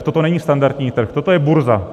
Toto není standardní trh, toto je burza.